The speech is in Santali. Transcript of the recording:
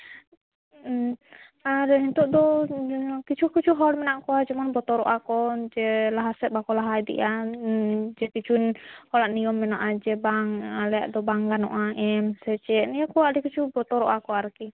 ᱟᱨ ᱱᱤᱛᱳᱜ ᱫᱚ ᱠᱤᱪᱷᱩ ᱠᱤᱪᱷᱩ ᱦᱚᱲ ᱢᱮᱱᱟᱜ ᱠᱚᱣᱟ ᱡᱮᱢᱚᱱ ᱵᱚᱛᱚᱨᱚᱜᱼᱟ ᱠᱚ ᱡᱮ ᱞᱟᱦᱟ ᱥᱮᱫ ᱵᱟᱠᱚ ᱞᱟᱦᱟ ᱤᱫᱤᱜᱼᱟ ᱡᱮ ᱠᱤᱪᱷᱩ ᱦᱚᱲᱟᱜ ᱱᱤᱭᱚᱢ ᱢᱮᱱᱟᱜᱼᱟ ᱡᱮ ᱵᱟᱝ ᱟᱞᱮᱭᱟᱜ ᱫᱚ ᱵᱟᱝ ᱜᱟᱱᱚᱜᱼᱟ ᱮᱢ ᱥᱮ ᱪᱮᱫ ᱱᱤᱭᱟᱹ ᱠᱚ ᱟᱹᱰᱤ ᱠᱤᱪᱷᱩ ᱵᱚᱛᱚᱨᱚᱜᱼᱟ ᱠᱚ ᱟᱨᱠᱤ